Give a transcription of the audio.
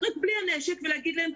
רק בלי הנשק ולהגיד להם,